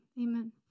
amen